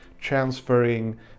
transferring